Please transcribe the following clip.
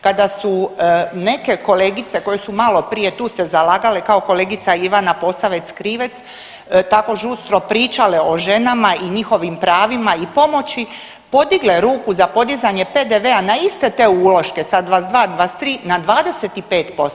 Kada su neke kolegice koje su malo prije tu se zalagale kao kolegica Ivana Posavec Krivec tako žustro pričale o ženama i njihovim pravima i pomoći, podigle ruku za podizanje PDV-a na iste te uloške sa 22, 23 na 25%